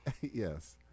Yes